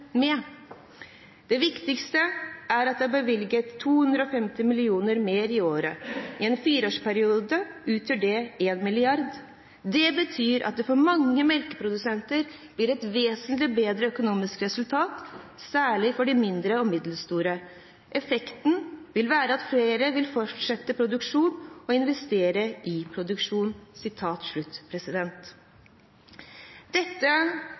det viktigste er jo at man nå, kan du si, bevilger 250 mill. kr mer i året. Over en fireårsperiode slår jo det ut med en milliard. Og det betyr at for mange melkeprodusenter, så blir det et vesentlig bedre økonomisk resultat, særlig for de mindre og middelsstore. Og jeg tror at effekten av det som nå er lagt fram, vil være at